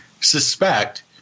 suspect